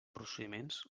procediments